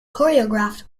choreographed